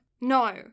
No